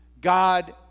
God